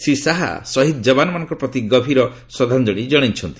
ଶ୍ରୀ ଶାହା ଶହିଦ୍ ଯବାନମାନଙ୍କ ପ୍ରତି ଗଭୀର ଶ୍ରଦ୍ଧାଞ୍ଜଳି ଜଣାଇଛନ୍ତି